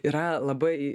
yra labai